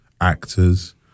actors